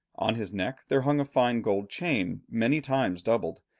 on his neck there hung a fine gold chain many times doubled,